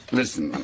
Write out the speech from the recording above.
listen